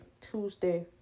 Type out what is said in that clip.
Tuesday